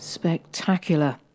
Spectacular